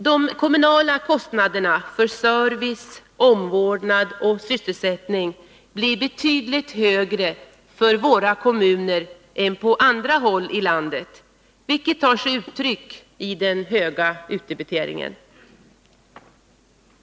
De kommunala kostnaderna för service, omvårdnad och sysselsättning blir betydligt högre för våra kommuner än för kommuner på andra håll i landet, vilket tar sig uttryck i den höga utdebiteringen.